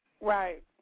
Right